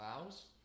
allows